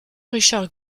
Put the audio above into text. richard